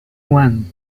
one